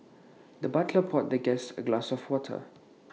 the butler poured the guest A glass of water